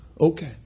Okay